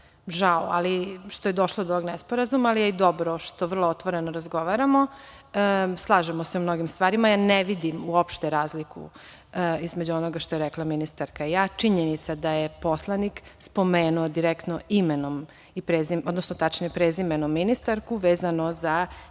žao što je došlo do ovog nesporazuma, ali je i dobro što vrlo otvoreno razgovaramo. Slažemo se u mnogim stvarima i ja ne vidim uopšte razliku između onoga što je rekla ministarka i ja. Činjenica je da je poslanik spomenuo direktno imenom i prezimenom, odnosno, tačnije, prezimenom ministarku, vezano za njenu